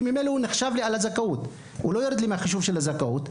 כי הוא נחשב לי באחוזי הזכאות,